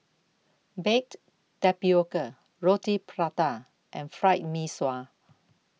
Baked Tapioca Roti Prata and Fried Mee Sua